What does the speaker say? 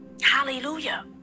Hallelujah